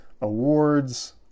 awards